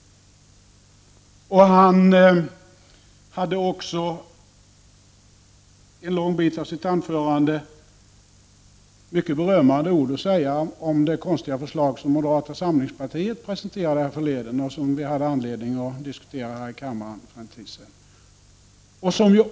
Han hade också i ett långt avsnitt i sitt anförande mycket berömmande ord att säga om det konstiga förslag som moderata samlingspartiet presenterade härförleden, något som vi hade anledning att diskutera här för någon tid sedan.